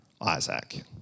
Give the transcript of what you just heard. Isaac